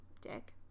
dick